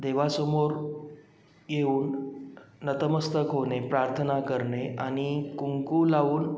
देवासमोर येऊन नतमस्तक होणे प्रार्थना करणे आणि कुंकू लावून